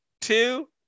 two